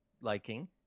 liking